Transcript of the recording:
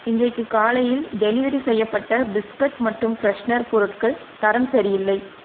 இன்றைக்கு காலையில் டெலிவரி செய்யப்பட்ட பிஸ்கட் மற்றும் ஃப்ரெஷனர் பொருட்கள் தரம் சரியில்லை